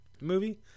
movie